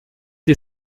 die